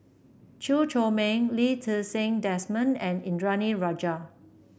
Chew Chor Meng Lee Ti Seng Desmond and Indranee Rajah